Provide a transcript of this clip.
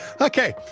okay